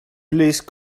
please